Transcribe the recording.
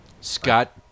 Scott